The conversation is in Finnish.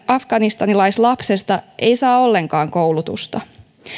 afganistanilaislapsesta ei saa ollenkaan koulutusta